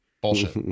bullshit